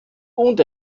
und